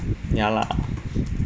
ya lah